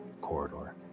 corridor